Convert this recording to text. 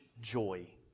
joy